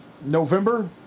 November